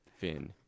Finn